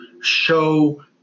show